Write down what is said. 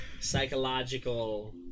Psychological